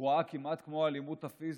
גרועה כמעט כמו האלימות הפיזית,